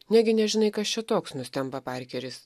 negi nežinai kas čia toks nustemba parkeris